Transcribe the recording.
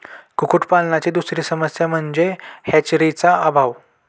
कुक्कुटपालनाची दुसरी समस्या म्हणजे हॅचरीचा अभाव